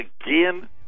again